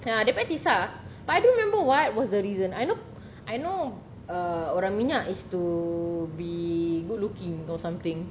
ha they practise ah but I don't remember what was the reason I know I know err orang minyak is to be good looking or something